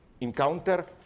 encounter